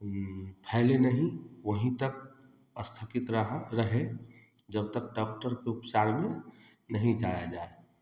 फैले नहीं वहीं तक स्थगित रहा रहे जब तक डॉक्टर के उपचार में नहीं जाया जाए